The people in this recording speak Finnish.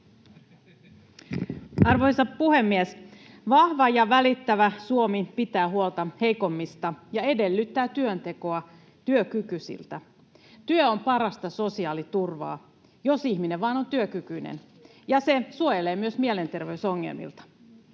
Arvoisa puhemies! Vahva ja välittävä Suomi pitää huolta heikommista ja edellyttää työntekoa työkykyisiltä. Työ on parasta sosiaaliturvaa, jos ihminen vain on työkykyinen, ja se suojelee myös mielenterveysongelmilta.